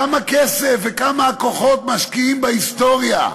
כמה כסף וכמה כוחות משקיעים בהיסטוריה?